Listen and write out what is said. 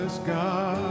God